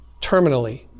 terminally